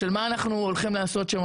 של מה אנחנו הולכים לעשות שם.